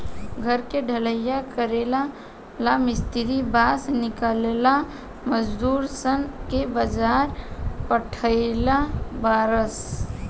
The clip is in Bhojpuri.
घर के ढलइया करेला ला मिस्त्री बास किनेला मजदूर सन के बाजार पेठइले बारन